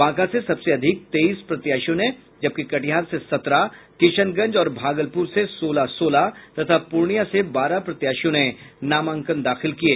बांका से सबसे अधिक तेईस प्रत्याशियों ने जबकि कटिहार से सत्रह किशनगंज और भागलपूर से सोलह सोलह तथा पूर्णियां से बारह प्रत्याशियों ने नामांकन दाखिल किये